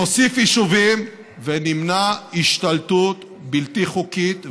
נוסיף יישובים ונמנע השתלטות בלתי חוקית ועוינת.